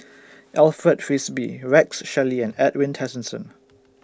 Alfred Frisby Rex Shelley and Edwin Tessensohn